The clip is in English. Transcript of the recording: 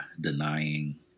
denying